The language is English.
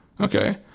okay